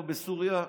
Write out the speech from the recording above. לא בסוריה,